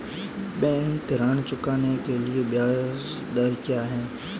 Bank ऋण चुकाने के लिए ब्याज दर क्या है?